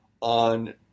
on